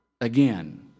again